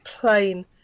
plain